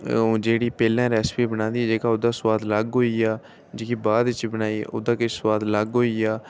ओह् जेह्ड़ी पैह्लें रैसिपी बनाई दी ही ओह्दा सुआद अलग होई गेआ जेह्की बाद बिच बनाई उ'दा किश सुआद अलग होई गेआ